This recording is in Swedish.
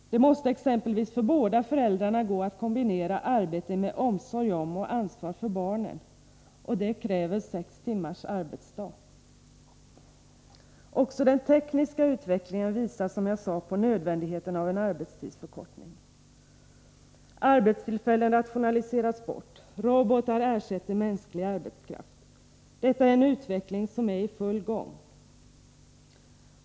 Det måste exempelvis för båda föräldrarna gå att kombinera arbete med omsorg om och ansvar för barnen — och det kräver sex timmars arbetsdag. Också den tekniska utvecklingen visar, som jag sade, på nödvändigheten av en arbetstidsförkortning. Arbetstillfällen rationaliseras bort. Robotar ersätter mänsklig arbetskraft. Detta är en utveckling som är i full gång.